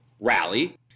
rally